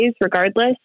regardless